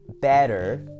Better